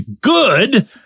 Good